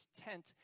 tent